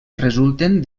resulten